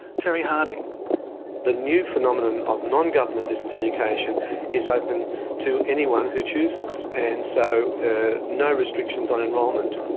terry harding the new phenomenon of non-government distance education is open to anyone who chooses, and so no restrictions on enrolment.